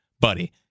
buddy